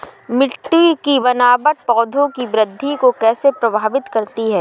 मिट्टी की बनावट पौधों की वृद्धि को कैसे प्रभावित करती है?